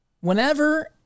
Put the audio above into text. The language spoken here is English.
whenever